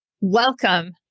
welcome